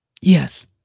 Yes